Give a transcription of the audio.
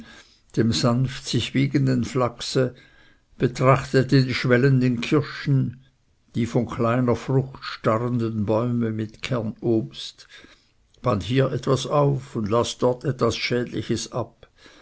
dem sanft sich wiegenden flachse betrachtete die schwellenden kirschen die von kleiner frucht starrenden bäume mit kernobst band hier etwas auf und las dort etwas schädliches ab